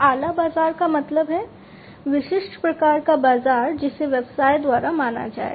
आला बाजार का मतलब है विशिष्ट प्रकार का बाजार जिसे व्यवसाय द्वारा माना जाएगा